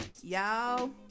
y'all